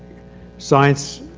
science